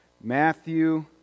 Matthew